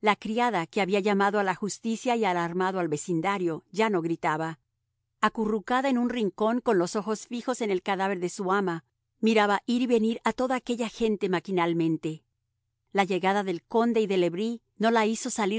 la criada que había llamado a la justicia y alarmado al vecindario ya no gritaba acurrucada en un rincón con los ojos fijos en el cadáver de su ama miraba ir y venir a toda aquella gente maquinalmente la llegada del conde y de le bris no la hizo salir